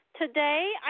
Today